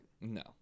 No